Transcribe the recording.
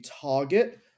target